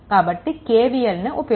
కాబట్టి KVLని ఉపయోగించాలి